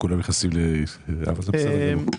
אבל זה בסדר.